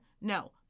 No